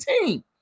team